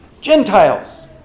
Gentiles